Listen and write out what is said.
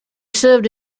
served